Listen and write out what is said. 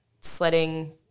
sledding